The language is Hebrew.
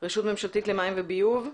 רשות ממשלתית למים וביוב.